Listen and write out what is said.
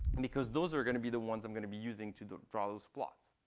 because those are going to be the ones i'm going to be using to draw those plots.